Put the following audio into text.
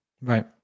Right